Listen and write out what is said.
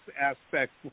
aspects